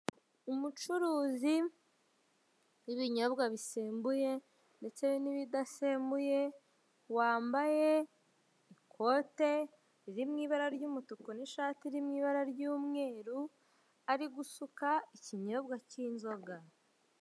Umucuruzi w'ibinyobwa bisembuye ndetse n'ibidasembuye, wambaye ikote ririmo ibara ry'umutuku n'ishati iri mu ibara ry'umweru, ari gusuka ikinyobwa cy'inzoga.